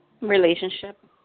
Relationship